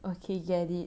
okay get it